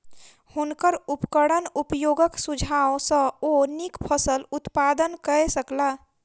हुनकर उपकरण उपयोगक सुझाव सॅ ओ नीक फसिल उत्पादन कय सकला